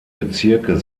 bezirke